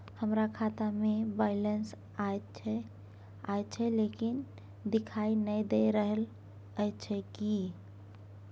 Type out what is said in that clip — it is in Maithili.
हमरा खाता में बैलेंस अएछ लेकिन देखाई नय दे रहल अएछ, किये?